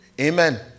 Amen